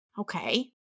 Okay